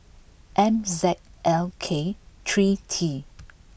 M Z L K three T